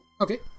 Okay